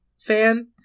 fan